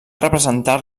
representar